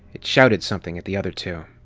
it shouted something at the other two.